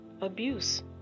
Abuse